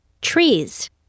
trees